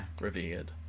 revered